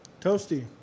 Toasty